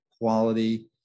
quality